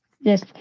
Yes